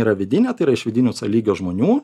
yra vidinė tai yra iš vidinių c lygio žmonių